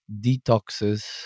detoxes